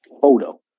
photo